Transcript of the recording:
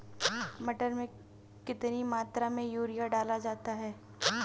मटर में कितनी मात्रा में यूरिया डाला जाता है?